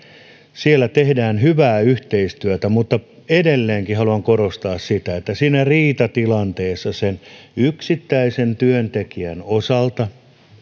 siellä tehdään hyvää yhteistyötä mutta edelleenkin haluan korostaa sitä että siinä riitatilanteessa sen yksittäisen työntekijän osalta